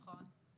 נכון.